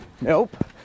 Nope